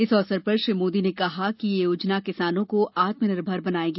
इस अवसर पर श्री मोदी ने कहा कि यह योजना किसानों को आत्म निर्भर बनाएगी